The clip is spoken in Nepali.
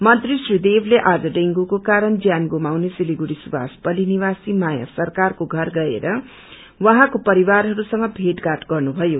मंत्री श्री देवले आज डेँगूको कारण जयान गुमाउने सिलगुड़ी सुभाष पल्ली निवासी माया सरकारको घर गएर उहाँको परिवारहरूसंग भेट घाट गर्नुभयो